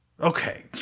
Okay